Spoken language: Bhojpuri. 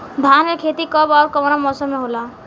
धान क खेती कब ओर कवना मौसम में होला?